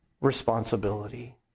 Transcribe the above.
responsibility